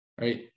Right